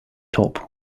top